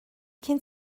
cyn